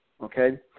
okay